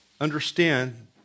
understand